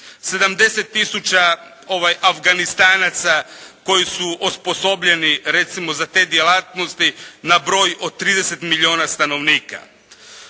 tisuća Afganistanaca koji su osposobljeni recimo za te djelatnosti na broj od 30 milijuna stanovnika.